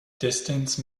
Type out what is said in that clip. distance